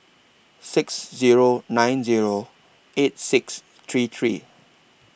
six Zero nine Zero eight six three three